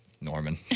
Norman